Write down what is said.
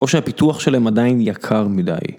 או שהפיתוח שלהם עדיין יקר מדי.